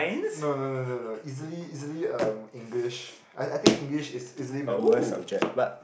no no no no no easily easily um English I I think English is is easily my worst subject but